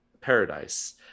paradise